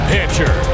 Pitcher